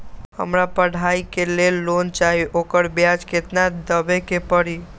हमरा पढ़ाई के लेल लोन चाहि, ओकर ब्याज केतना दबे के परी?